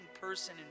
person